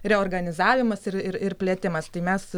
reorganizavimas ir ir ir plėtimas tai mes